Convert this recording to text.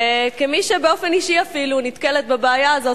כמי שבאופן אישי אפילו נתקלת בבעיה הזאת,